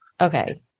Okay